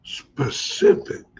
specific